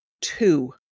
Two